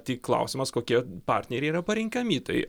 tik klausimas kokie partneriai yra parenkami tai